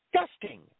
disgusting